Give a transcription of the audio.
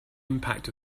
impact